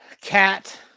Cat